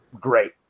great